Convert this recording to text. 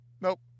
nope